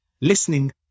Listening